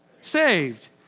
Saved